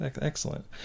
excellent